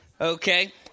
Okay